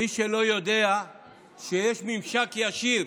מי שלא יודע שיש ממשק ישיר